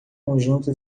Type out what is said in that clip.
conjunto